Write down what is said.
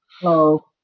hello